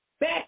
back